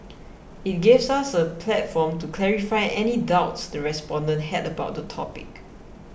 it gives us a platform to clarify any doubts the respondents had about the topic